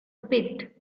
pit